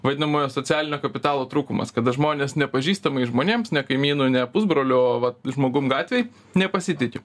vadinamojo socialinio kapitalo trūkumas kada žmonės nepažįstamais žmonėms ne kaimynui ne pusbroliu o vat žmogum gatvėj nepasitiki